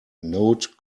note